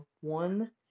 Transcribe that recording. one